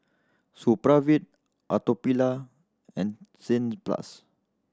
Supravit Atopiclair and plus